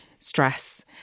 stress